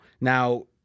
Now